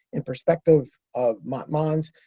in perspective of maat mons,